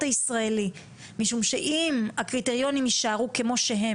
הישראלי משום שאם הקריטריונים יישארו כמו שהם